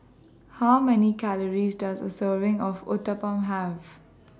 How Many Calories Does A Serving of Uthapam Have